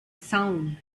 sound